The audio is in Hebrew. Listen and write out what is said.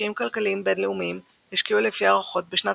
משקיעים כלכליים בינלאומיים השקיעו לפי ההערכות בשנת